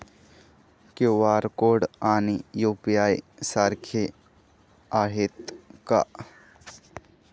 QR code आणि UPI सारखे आहेत का?